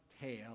tail